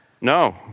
No